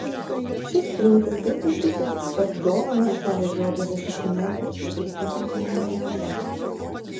šis princui taip patikęs kad dovaną esą vežiodavęsis netgi į užsienio komandiruotes